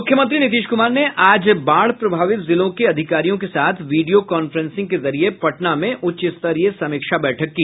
मुख्यमंत्री नीतीश कुमार ने आज बाढ़ प्रभावित जिलों के अधिकारियों के साथ वीडियो कांफ्रेंसिंग के जरिये पटना में उच्चस्तरीय समीक्षा बैठक की